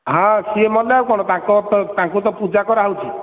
ହଁ ସେ ମଲେ ଆଉ କ'ଣ ତାଙ୍କ ତ ତାଙ୍କୁ ତ ପୂଜା କରାହେଉଛି